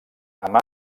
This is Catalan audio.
amb